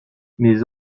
mes